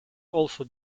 also